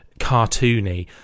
cartoony